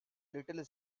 little